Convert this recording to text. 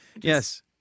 yes